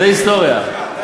זה היסטוריה.